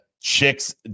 chicks